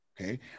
Okay